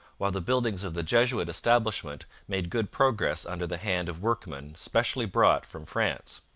while the buildings of the jesuit establishment made good progress under the hand of workmen specially brought from france.